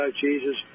Jesus